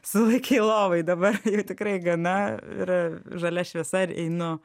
sulaikei lovoj dabar jau tikrai gana ir žalia šviesa ir einu